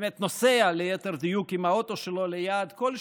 נוסע, ליתר דיוק, עם האוטו שלו ליעד כלשהו,